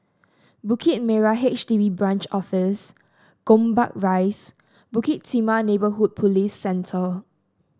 Bukit Merah H D B Branch Office Gombak Rise Bukit Timah Neighbourhood Police Centre